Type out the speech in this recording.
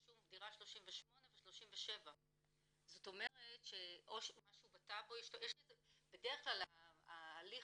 רשום דירה 38 ודירה 37. בדרך כלל ההליך